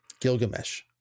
Gilgamesh